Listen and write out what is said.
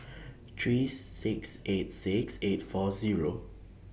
three six eight six eight four Zero